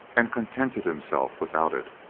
and contented himself without it.